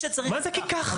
מה זה כי ככה?